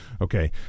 Okay